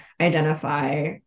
identify